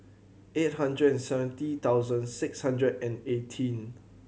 eight hundred and seventy thousand six hundred and eighteen